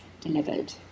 delivered